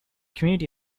community